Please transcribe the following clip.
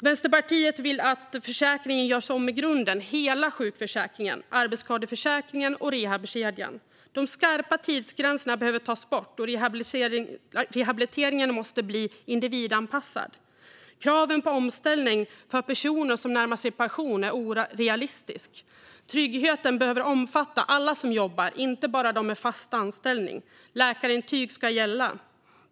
Vänsterpartiet vill att försäkringen görs om i grunden, hela sjukförsäkringen, arbetsskadeförsäkringen och rehabkedjan. De skarpa tidsgränserna behöver tas bort, och rehabiliteringen måste bli individanpassad. Kraven på omställning för personer som närmar sig pensionen är orealistiska. Tryggheten behöver omfatta alla som jobbar, inte bara dem med fast anställning. Läkarintyg ska gälla.